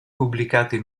pubblicati